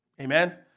Amen